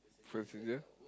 traffic here